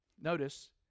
notice